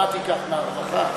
מה תיקח, מהרווחה?